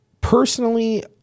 personally